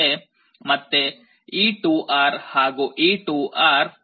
ಮತ್ತೆ ಈ 2R ಹಾಗೂ ಈ 2R ಸಮಾನಾಂತರವಾಗಿ ಬರುತ್ತವೆ